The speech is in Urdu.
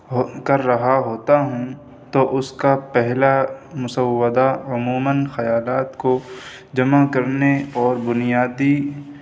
اور کر رہا ہوتا ہوں تو اس کا پہلا مسودہ عموماً خیالات کو جمع کرنے اور بنیادی